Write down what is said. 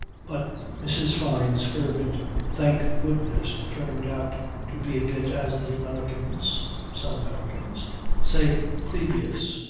but mrs. fyne's fervent thank goodness turned out to be a bit, as the americans some americans say previous.